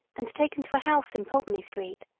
and taken to a house in pulteney street.